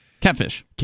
catfish